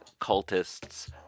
cultist's